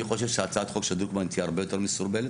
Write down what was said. אני חושב שהצעת החוק של דרוקמן תהיה הרבה יותר מסורבלת.